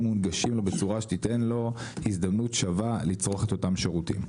מונגשים לו בצורה שתיתן לו הזדמנות שווה לצרוך את אותם שירותים.